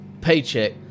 paycheck